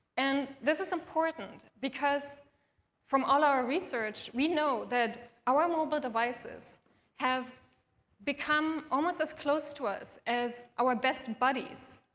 and this is important, because from all our research, we know that our mobile devices have become almost as close to us as our best buddies,